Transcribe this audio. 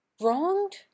Wronged